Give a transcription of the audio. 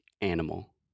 animal